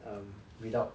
um without